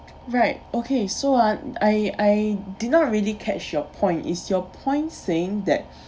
right okay so I I I did not really catch your point is your point saying that